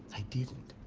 i didn't.